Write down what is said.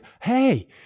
Hey